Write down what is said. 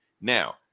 Now